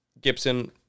Gibson